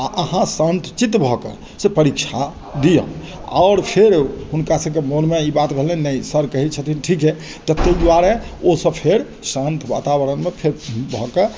आओर अहाँ शान्तचित्त भऽ कऽ से परीक्षा दिऔ आओर फेर हुनका सबके मोनमे ई बात भेलनि नहि सर कहै छथिन ठीके तऽ ताहि दुआरे ओसब फेर शान्त वातावरणमे फेर भऽ कऽ